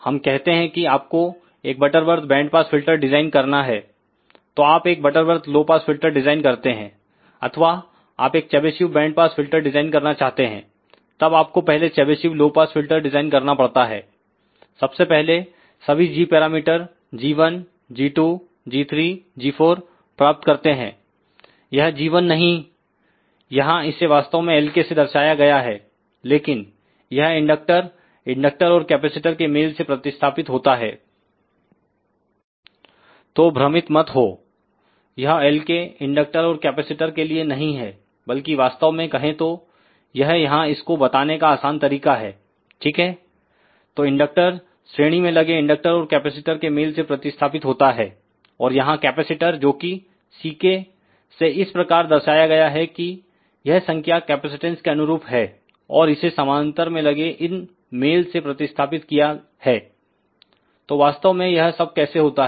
हम कहते हैं कि आपको एक Butterworth band pass filter design करना है तो आप एक Butterworth low pass filter design करते हैं अथवाआप एक Chebyshev band pass filter design करना चाहते हैं तब आपको पहले Chebyshev low pass filter design करना पड़ता है सबसे पहले सभी g parameter g1 g2 g3 g4 प्राप्त करते हैं यह g1 नहीं यहां इसे वास्तव में Lk से दर्शाया गया है लेकिन यह इंडक्टर इंडक्टर और कैपेसिटर के मेल से प्रतिस्थापित होता है तो भ्रमित मत हो यह 'Lk इंडक्टर और कैपेसिटर के लिए नहीं है बल्कि वास्तव में कहें तो यह यहां इसको बताने का आसान तरीका है ठीक है तो इंडक्टर श्रेणी में लगे इंडक्टर और कैपेसिटर के मेल से प्रतिस्थापित होता है और यहां कैपेसिटर जोकि Ck से इस प्रकार दर्शाया गया है कि यह संख्या कैपेसिटेंस के अनुरूप है और इसे समानांतर में लगेइन मेल से प्रतिस्थापित किया है तो वास्तव में यह सब कैसे होता है